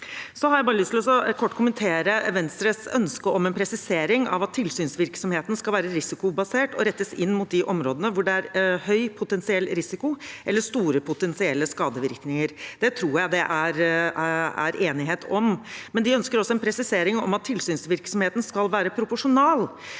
jeg bare lyst til kort å kommentere Venstres ønske om en presisering av at tilsynsvirksomheten skal være risikobasert og rettes inn mot de områdene hvor det er høy potensiell risiko eller store potensielle skadevirkninger. Det tror jeg det er enighet om, men de ønsker også en presisering om at tilsynsvirksomheten skal være proporsjonal.